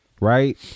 right